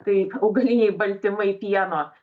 tai augaliniai baltymai pieno